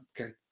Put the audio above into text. Okay